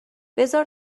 بذار